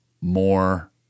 more